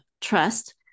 trust